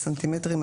בסנטימטרים,